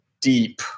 deep